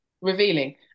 revealing